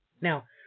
Now